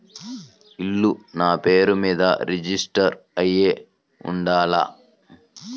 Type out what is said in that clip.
ఇల్లు నాపేరు మీదే రిజిస్టర్ అయ్యి ఉండాల?